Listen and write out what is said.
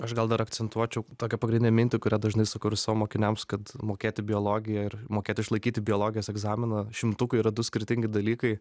aš gal dar akcentuočiau tokią pagrindinę mintį kurią dažnai sakau ir savo mokiniams kad mokėti biologiją ir mokėt išlaikyti biologijos egzaminą šimtukui yra du skirtingi dalykai